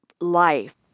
life